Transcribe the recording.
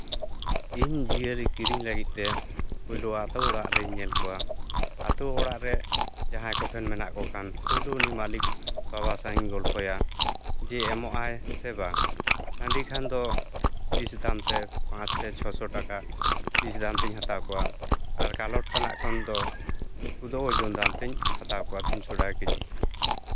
ᱤᱧ ᱡᱤᱭᱟᱹᱞᱤ ᱠᱤᱨᱤᱧ ᱞᱟᱹᱜᱤᱫ ᱛᱮ ᱯᱳᱭᱞᱳ ᱟᱛᱳ ᱚᱲᱟᱜ ᱨᱮ ᱠᱤᱨᱤᱧ ᱞᱟᱹᱜᱤᱫ ᱛᱮ ᱯᱳᱭᱞᱳ ᱟᱹᱛᱩ ᱚᱲᱟᱜ ᱨᱤᱧ ᱧᱮᱞ ᱠᱚᱣᱟ ᱟᱹᱛᱩ ᱚᱲᱟᱜ ᱨᱮ ᱡᱟᱦᱟᱸᱭ ᱠᱚᱴᱷᱮᱱ ᱢᱮᱱᱟᱜ ᱠᱚᱠᱷᱟᱱ ᱯᱳᱭᱞᱳ ᱩᱱᱤ ᱢᱟᱹᱞᱤᱠ ᱵᱟᱵᱟ ᱥᱟᱣᱤᱧ ᱜᱚᱞᱯᱚᱭᱟ ᱡᱮ ᱮᱢᱚᱜ ᱟᱭ ᱥᱮ ᱵᱟᱝ ᱥᱟᱺᱰᱤ ᱠᱷᱟᱱ ᱫᱚ ᱯᱤᱥ ᱫᱟᱢ ᱛᱮ ᱯᱟᱸᱪ ᱥᱮ ᱪᱷᱚ ᱥᱚ ᱴᱟᱠᱟ ᱯᱤᱥ ᱫᱟᱢ ᱛᱤᱧ ᱦᱟᱛᱟᱣ ᱠᱚᱣᱟ ᱟᱨ ᱠᱟᱞᱚᱴ ᱛᱟᱱᱟᱜ ᱠᱷᱟᱱ ᱫᱚ ᱩᱱᱠᱩ ᱫᱚ ᱳᱡᱚᱱ ᱫᱟᱢ ᱛᱤᱧ ᱦᱟᱛᱟᱣ ᱠᱚᱣᱟ ᱛᱤᱱᱥᱚ ᱴᱟᱠᱟ ᱠᱮᱡᱤ